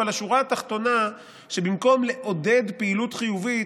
אבל השורה התחתונה היא שבמקום לעודד פעילות חיובית,